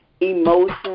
emotion